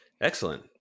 excellent